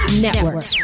network